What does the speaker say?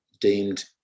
deemed